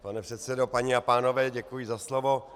Pane předsedo, paní a pánové, děkuji za slovo.